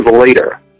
later